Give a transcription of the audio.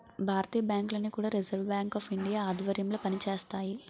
భారతీయ బ్యాంకులన్నీ కూడా Reserve Bank of India ఆధ్వర్యంలో పనిచేస్తాయి